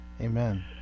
amen